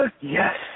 yes